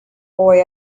boy